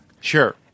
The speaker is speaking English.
Sure